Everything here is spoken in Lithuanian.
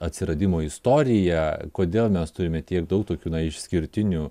atsiradimo istorija kodėl mes turime tiek daug tokių na išskirtinių